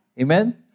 Amen